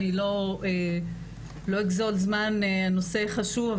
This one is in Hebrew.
לא אגזול זמן נושא חשוב,